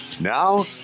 Now